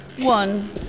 One